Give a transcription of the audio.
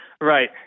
right